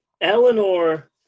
Eleanor